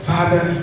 Father